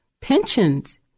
pensions